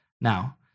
now